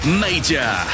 Major